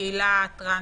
הקהילה הטרנסית.